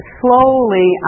slowly